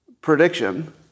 prediction